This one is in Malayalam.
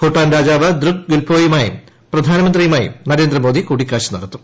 ഭൂട്ടാൻ രാജാവ് ദ്രുക്ക് ഗൃൽപോയുമായും പ്രധാനമന്ത്രിയുമായും നരേന്ദ്രമോദി കൂടിക്കാഴ്ച നടത്തും